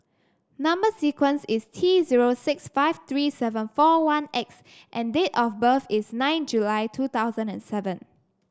number sequence is T zero six five three seven four one X and date of birth is nine July two thousand and seven